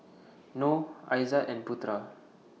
Nor Aizat and Putera